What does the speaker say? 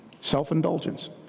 self-indulgence